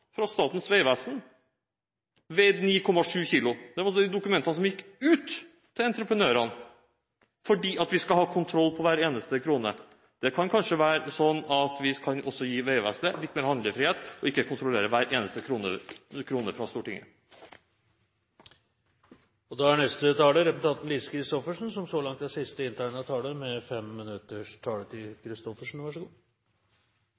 var de dokumentene som gikk ut til entreprenørene fordi vi skal ha kontroll på hver eneste krone. Vi kan kanskje også gi Vegvesenet litt mer handlefrihet og ikke kontrollere hver eneste krone fra Stortinget. Det var til representanten Michael Tetzschners – jeg vet ikke om det er lov til å si «usaklige», men «urettferdige» er kanskje tillatt å si – angrep på miljøvernminister Bård Vegar Solhjell. Han refererte til